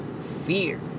Fear